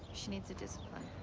she needs the discipline.